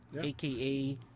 Aka